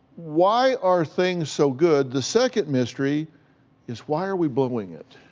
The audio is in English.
why are things so good? the second mystery is why are we blowing it?